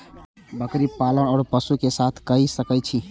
बकरी पालन ओर पशु एक साथ कई सके छी?